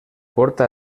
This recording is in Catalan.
porta